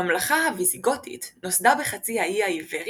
הממלכה הוויזיגותית נוסדה בחצי האי האיברי